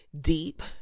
deep